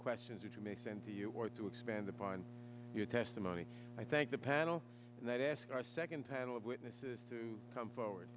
questions which makes sense to you or to expand upon your testimony i thank the panel and i'd ask our second title of witnesses to come forward